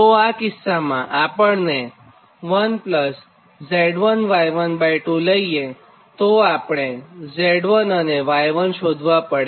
તો આ કિસ્સામાં આપણે 1Z1Y12 લઈએતો આપણે Z1 અને Y1 શોધવા પડે